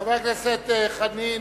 חבר הכנסת חנין,